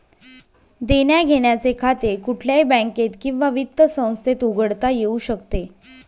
देण्याघेण्याचे खाते कुठल्याही बँकेत किंवा वित्त संस्थेत उघडता येऊ शकते